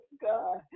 God